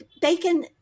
Bacon